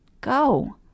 go